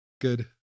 good